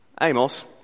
Amos